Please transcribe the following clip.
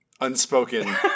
Unspoken